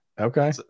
okay